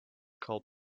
call